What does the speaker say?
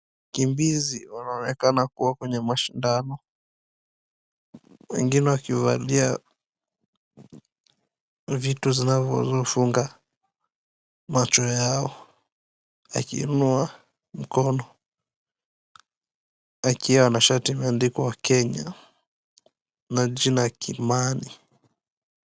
Wakimbizi wanaonekana kuwa kwenye mashindano wengine wakivalia vitu zinazofunga macho yao akiinua mikono akiwa na shati imeandikwa KENYA na jina KIMANI.